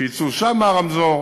שיצאו שם עם הרמזור.